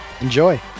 Enjoy